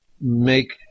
make